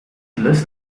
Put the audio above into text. lust